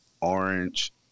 Orange